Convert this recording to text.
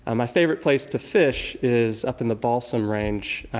ah my favorite place to fish is up in the balsam range